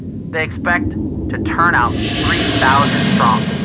they expect to turn out three thousand strong.